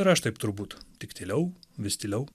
ir aš taip turbūt tik tyliau vis tyliau